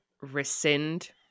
rescind